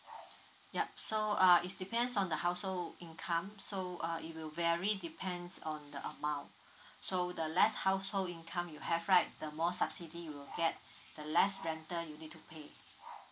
yup so uh is depends on the household income so uh it will vary depends on the amount so the less household income you have right the more subsidy you get the less rental you need to pay